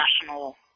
national